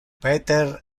peter